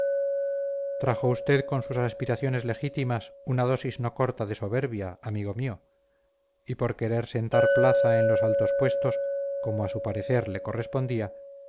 trajo usted con sus aspiraciones legítimas una dosis no corta de soberbia amigo mío y por querer sentar plaza en los altos puestos como a su parecer le correspondía